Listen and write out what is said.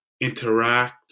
interact